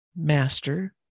master